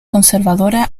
conservadora